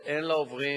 הן לעוברים